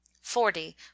forty